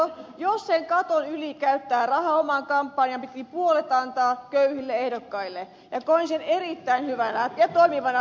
jos sen katon yli käyttää rahaa omaan kampanjaan pitää puolet antaa köyhille ehdokkaille ja koen sen erittäin hyvänä ja toimivana mallina